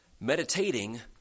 Meditating